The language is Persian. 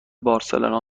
بارسلونا